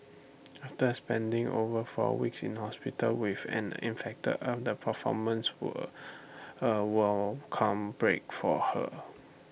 after spending over four weeks in hospital with an infected arm the performances were A welcome break for her